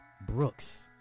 Brooks